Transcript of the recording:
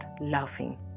laughing